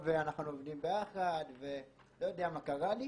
אנחנו עובדים ביחד ולא יודע מה קרה לי